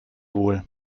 wohl